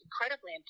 incredibly